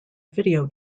video